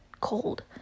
Cold